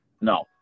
No